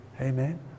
Amen